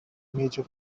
major